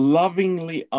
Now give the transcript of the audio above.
lovingly